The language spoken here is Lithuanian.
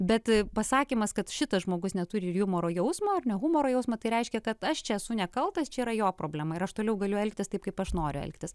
bet pasakymas kad šitas žmogus neturi jumoro jausmo ir ne humoro jausmo tai reiškia kad aš čia esu nekaltas čia yra jo problema ir aš toliau galiu elgtis taip kaip aš noriu elgtis